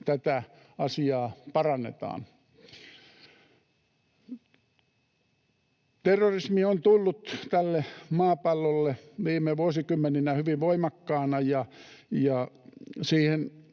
tätä asiaa parannetaan. Terrorismi on tullut tälle maapallolle viime vuosikymmeninä hyvin voimakkaana, ja sen